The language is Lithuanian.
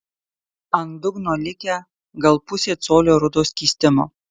ant dugno likę gal pusė colio rudo skystimo